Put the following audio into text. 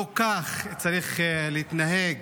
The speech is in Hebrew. לא כך צריך להתנהג